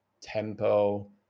tempo